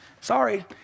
sorry